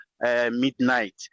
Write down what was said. midnight